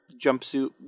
jumpsuit